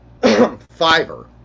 Fiverr